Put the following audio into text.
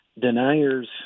deniers